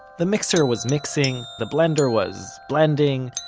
the mixer was mixing, the blender was, blending,